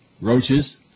Roaches